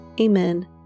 Amen